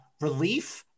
relief